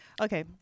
Okay